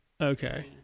Okay